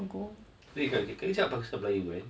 wait kalau kita cakap bahasa melayu kan